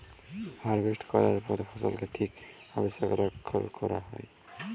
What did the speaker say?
harvest ক্যরার পরে ফসলকে ঠিক ভাবে সংরক্ষল ক্যরা হ্যয়